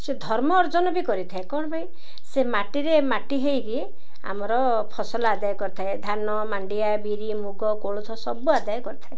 ସେ ଧର୍ମ ଅର୍ଜନ ବି କରିଥାଏ କ'ଣ ପାଇଁ ସେ ମାଟିରେ ମାଟି ହେଇକି ଆମର ଫସଲ ଆଦାୟ କରିଥାଏ ଧାନ ମାଣ୍ଡିଆ ବିରି ମୁଗ କୋଳଥ ସବୁ ଆଦାୟ କରିଥାଏ